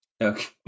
okay